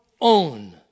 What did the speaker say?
own